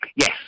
Yes